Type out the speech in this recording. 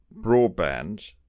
broadband